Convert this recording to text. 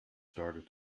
started